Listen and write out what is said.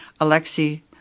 Alexei